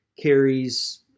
carries